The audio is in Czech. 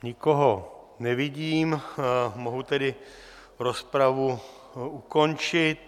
Nikoho nevidím, mohu tedy rozpravu ukončit.